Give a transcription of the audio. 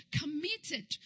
committed